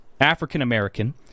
African-American